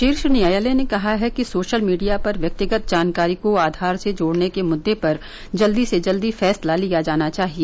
शीर्ष न्यायालय ने कहा है कि सोशल मीडिया पर व्यक्तिगत जानकारी को आधार से जोड़ने के मुद्दे पर जल्दी से जल्दी फैंसला लिया जाना चाहिए